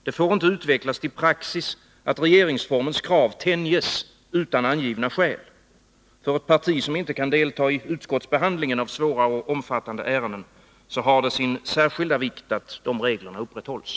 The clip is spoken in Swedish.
Det får inte utvecklas till praxis att regeringsformens krav tänjs utan angivna skäl. För ett parti som inte kan delta i utskottsbehandlingen av svåra och omfattande ärenden har det sin särskilda vikt att reglerna upprätthålls.